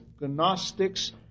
Gnostics